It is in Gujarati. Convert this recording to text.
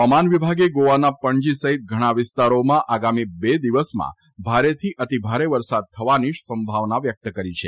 હવામાન વિભાગે ગોવાના પણજી સહિત ઘણા વિસ્તારોમાં આગામી બે દિવસમાં ભારેથી અતિ ભારે વરસાદ થવાની સંભવાના વ્યક્ત કરી છે